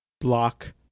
block